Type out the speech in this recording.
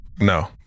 No